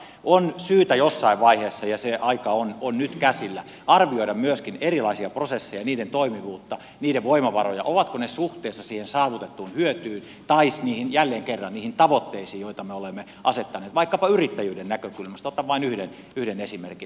on syytä jossain vaiheessa ja se aika on nyt käsillä arvioida myöskin erilaisia prosesseja ja niiden toimivuutta niiden voimavaroja ovatko ne suhteessa siihen saavutettuun hyötyyn tai jälleen kerran niihin tavoitteisiin joita me olemme asettaneet vaikkapa yrittäjyyden näkökulmasta otan vain yhden esimerkin